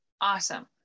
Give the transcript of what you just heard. Awesome